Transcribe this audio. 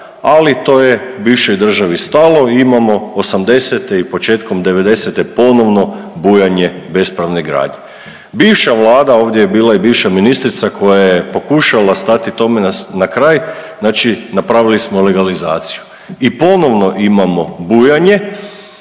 ali to je u bivšoj državi stalo imamo '80.-te i početkom '90.-te ponovno bujanje bespravne gradnje. Bivša vlada ovdje je bila i bivša ministrica koja je pokušala stati tome na kraj, znači napravili smo legalizaciju i ponovno imamo bujanje,